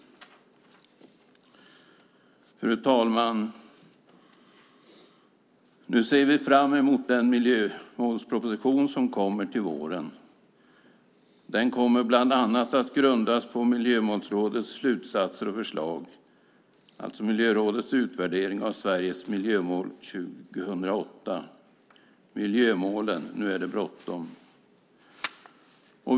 Fru talman! Nu ser vi fram mot den miljömålsproposition som kommer till våren. Den kommer bland annat att grundas på Miljömålsrådets slutsatser och förslag, alltså Miljörådets utvärdering av Sveriges miljömål 2008, Miljömålen - nu är det bråttom.